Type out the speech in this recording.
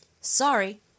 Sorry